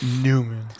Newman